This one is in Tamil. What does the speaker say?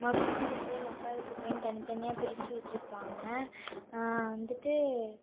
மக்கும் குப்பை மட்காத குப்பைனு தனித்தனியா பிரித்து வச்சுருப்பாங்க வந்துட்டு